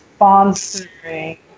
sponsoring